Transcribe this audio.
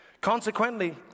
Consequently